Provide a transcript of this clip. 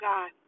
God